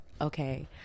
okay